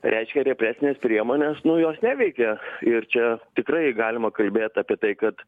reiškia represinės priemonės nu jos neveikia ir čia tikrai galima kalbėt apie tai kad